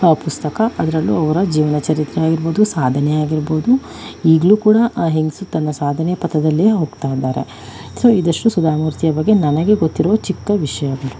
ಪುಸ್ತಕ ಅದರಲ್ಲೂ ಅವರ ಜೀವನ ಚರಿತ್ರೆ ಆಗಿರ್ಬೋದು ಸಾಧನೆ ಆಗಿರ್ಬೋದು ಈಗಲೂ ಕೂಡ ಆ ಹೆಂಗಸು ತನ್ನ ಸಾಧನೆಯ ಪಥದಲ್ಲಿಯೇ ಹೋಗ್ತಾಯಿದ್ದಾರೆ ಸೊ ಇದಿಷ್ಟು ಸುಧಾಮೂರ್ತಿಯ ಬಗ್ಗೆ ನನಗೆ ಗೊತ್ತಿರುವ ಚಿಕ್ಕ ವಿಷಯ